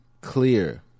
clear